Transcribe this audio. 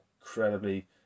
incredibly